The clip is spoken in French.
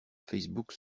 facebook